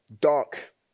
dark